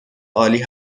عالی